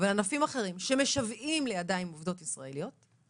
ענפים אחרים שמשוועים לידיים עובדות ישראליות,